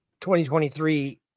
2023